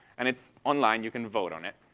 and it's online. you can vote on it.